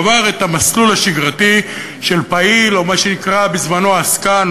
והוא עבר את המסלול השגרתי של פעיל או מה שנקרא בזמנו עסקן,